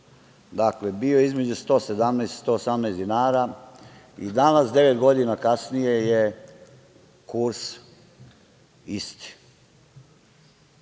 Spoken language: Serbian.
dakle, bio je između 117 i 118 dinara i danas devet godina kasnije je kurs isti.